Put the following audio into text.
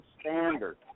standard